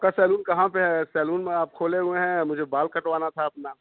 आपका सैलून कहाँ पे है सैलून आप खोले हुए हैं मुझे बाल कटवाना था अपना